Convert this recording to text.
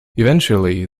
eventually